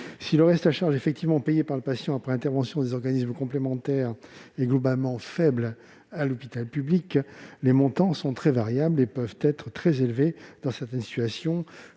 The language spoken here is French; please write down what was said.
Si le reste à charge qui est effectivement payé par le patient, après intervention des organismes complémentaires, demeure globalement faible à l'hôpital public, les montants sont très variables et peuvent être très élevés dans certaines situations.